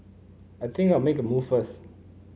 I think I'll make a move first